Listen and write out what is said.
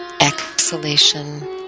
exhalation